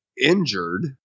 injured